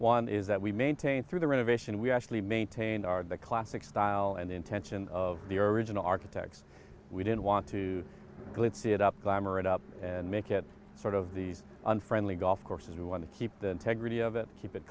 one is that we maintain through the renovation we actually maintain our the classic style and the intention of the original architects we didn't want to glitzy it up glamour it up and make it sort of these unfriendly golf courses we want to keep the integrity of it keep it